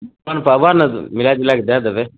अपन पाबऽ ने तू मिलाजुला कऽ दए देबै